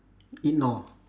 ignore